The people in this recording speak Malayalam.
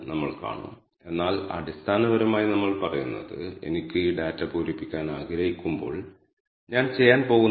സമ്മറി ഫങ്ക്ഷൻ R ഒബ്ജക്റ്റായ ഒരു ആർഗ്യുമെന്റ് എടുക്കുന്നു